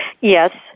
Yes